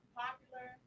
popular